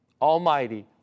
Almighty